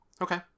Okay